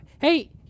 Hey